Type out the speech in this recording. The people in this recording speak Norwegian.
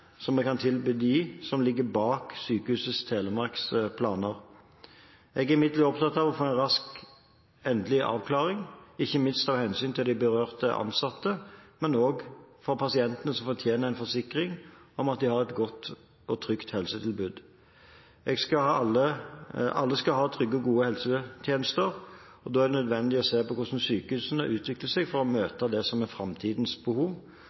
kan tilby dem, som ligger bak Sykehuset Telemarks planer. Jeg er imidlertid opptatt av å få en rask endelig avklaring, ikke minst av hensyn til de berørte ansatte – men også av hensyn til pasienter som fortjener en forsikring om at de har et godt og trygt helsetilbud. Alle skal ha trygge og gode helsetjenester. Da er det nødvendig å se på hvordan sykehusene skal utvikle seg for å møte framtidens behov.